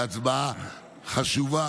זו הצבעה חשובה,